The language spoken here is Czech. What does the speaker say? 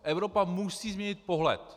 Evropa musí změnit pohled.